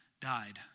died